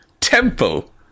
temple